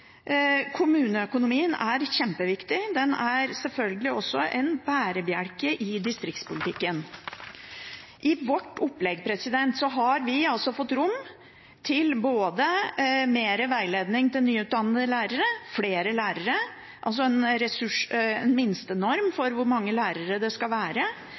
Kommuneøkonomien er kjempeviktig. Den er selvfølgelig også en bærebjelke i distriktspolitikken. I vårt opplegg har vi altså fått rom både til mer veiledning til nyutdannede lærere og til flere lærere, altså en minstenorm for hvor mange lærere det skal være.